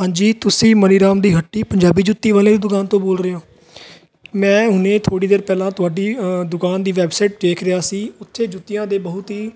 ਹਾਂਜੀ ਤੁਸੀਂ ਮਨੀਰਾਮ ਦੀ ਹੱਟੀ ਪੰਜਾਬੀ ਜੁੱਤੀ ਵਾਲੇ ਦੀ ਦੁਕਾਨ ਤੋਂ ਬੋਲ ਰਹੇ ਹੋ ਮੈਂ ਹੁਣ ਥੋੜ੍ਹੀ ਦੇਰ ਪਹਿਲਾਂ ਤੁਹਾਡੀ ਦੁਕਾਨ ਦੀ ਵੈਬਸਾਈਟ ਦੇਖ ਰਿਹਾ ਸੀ ਉੱਥੇ ਜੁੱਤੀਆਂ ਦੇ ਬਹੁਤ ਹੀ